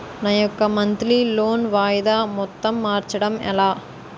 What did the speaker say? నా యెక్క monthly loan వాయిదా మొత్తం మార్చడం ఎలా?